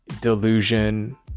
delusion